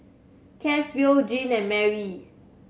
Caswell Gene and Marry